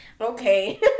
okay